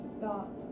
stop